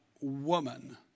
woman